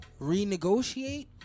Renegotiate